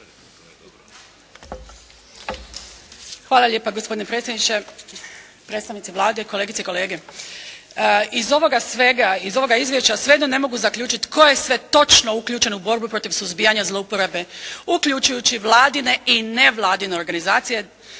Hvala lijepa gospodine predsjedniče, predstavnici Vlade, kolegice i kolege. Iz ovoga svega, iz ovoga izvješća svejedno ne mogu zaključiti tko je sve točno uključen u borbu protiv suzbijanja zloporabe uključujući Vladine i nevladine organizacije,